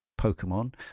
Pokemon